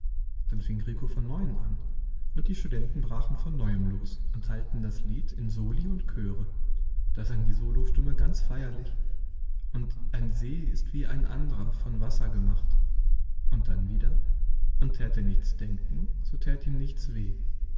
dann fing rico von neuem an und die studenten brachen von neuem los und teilten das lied in soli und chöre da sang die solostimme ganz feierlich und ein see ist wie ein andrer von wasser gemacht und dann wieder und tät er nichts denken so tät ihm nichts weh